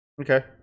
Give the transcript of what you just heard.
Okay